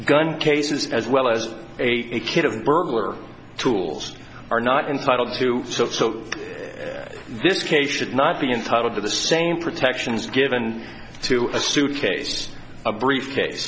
gun cases as well as a kid of burglar tools are not entitled to do so so this case should not be entitled to the same protections given to a suitcase a briefcase